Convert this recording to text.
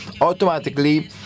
Automatically